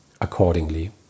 accordingly